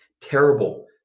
terrible